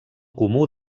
comú